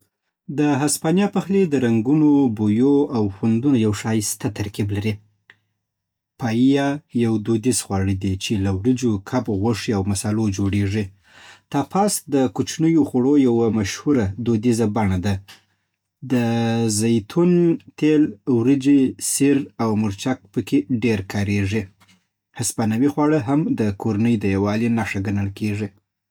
د هسپانیا پخلی د رنګونو، بویو او خوندونو یو ښایسته ترکیب لري. پاېیا یو دودیز خواړه دی، چې له وريجو، کب، غوښې او مصالو جوړېږي. تاپاس د کوچنیو خوړو یوه مشهوره دودیزه بڼه ده. د زیتون تېل، وریجې، سیر او مرچک پکې ډېر کارېږي. هسپانوي خواړه هم د کورنۍ د یووالي نښه ګڼل کېږي.